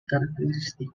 characteristic